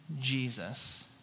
Jesus